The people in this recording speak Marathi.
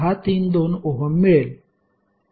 632 ओहम मिळेल